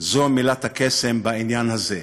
זו מילת הקסם בעניין הזה.